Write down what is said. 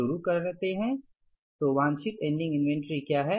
तो वांछित ending inventory क्या है